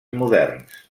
moderns